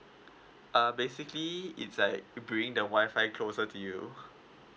uh basically it's like bringing the WI-FI closer to you